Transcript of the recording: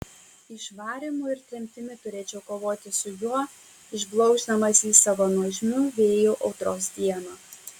išvarymu ir tremtimi turėčiau kovoti su juo išblokšdamas jį savo nuožmiu vėju audros dieną